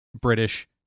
British